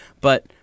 But-